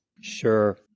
Sure